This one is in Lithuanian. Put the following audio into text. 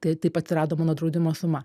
tai taip atsirado mano draudimo suma